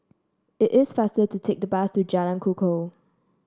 it is faster to take the bus to Jalan Kukoh